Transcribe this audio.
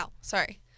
sorry